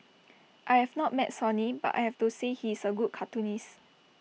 I have not met Sonny but I have to say he is A good cartoonist